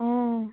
অঁ